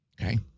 Okay